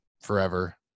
forever